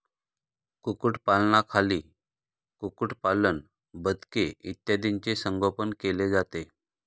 कुक्कुटपालनाखाली कुक्कुटपालन, बदके इत्यादींचे संगोपन केले जाते